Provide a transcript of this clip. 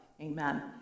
Amen